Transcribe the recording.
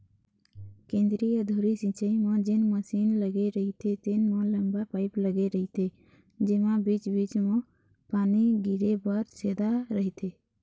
केंद्रीय धुरी सिंचई म जेन मसीन लगे रहिथे तेन म लंबा पाईप लगे रहिथे जेमा बीच बीच म पानी गिरे बर छेदा रहिथे